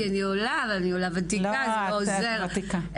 סליחה.